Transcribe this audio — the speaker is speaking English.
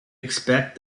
expect